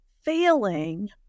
failing